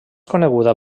coneguda